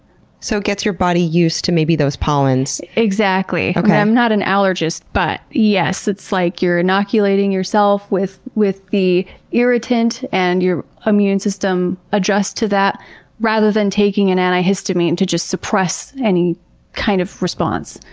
so it gets your body used to, maybe, those pollens? exactly. i'm not an allergist, but yes, it's like you're inoculating yourself with with the irritant and your immune system adjusts to that rather than taking an antihistamine and to just suppress any kind of response.